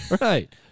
right